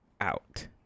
out